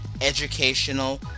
educational